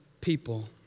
people